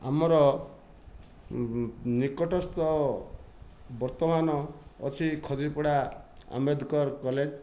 ଆମର ନିକଟସ୍ଥ ବର୍ତ୍ତମାନ ଅଛି ଖଜୁରିପଡ଼ା ଆମ୍ବେଦକର କଲେଜ